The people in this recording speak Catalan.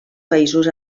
països